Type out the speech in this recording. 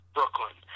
Brooklyn